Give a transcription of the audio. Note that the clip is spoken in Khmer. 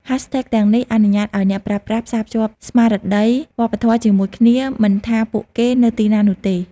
ហាស់ថេកទាំងនេះអនុញ្ញាតឱ្យអ្នកប្រើប្រាស់ផ្សាភ្ជាប់ស្មារតីវប្បធម៌ជាមួយគ្នា មិនថាពួកគេនៅទីណានោះទេ។